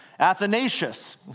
Athanasius